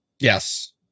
Yes